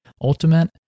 ultimate